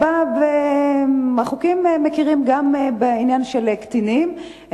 החוקים מכירים גם בעניין של קטינים,